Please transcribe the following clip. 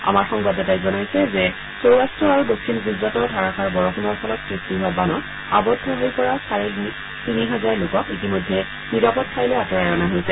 আমাৰ সংবাদদাতাই জনাইছে যে সৌৰাট্ট আৰু দক্ষিণ গুজৰাটৰ ধাৰাষাৰ বৰযুণৰ ফলত সৃষ্টি হোৱা বানত আবদ্ধ হৈ পৰা চাৰে তিনি হাজাৰ লোকক ইতিমধ্যে নিৰাপদ ঠাইলৈ আঁতৰাই অনা হৈছে